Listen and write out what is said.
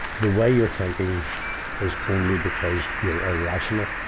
the way you're thinking is only because you're irrational.